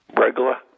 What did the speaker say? Regular